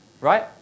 Right